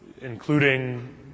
including